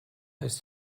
ist